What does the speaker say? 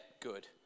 good